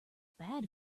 bad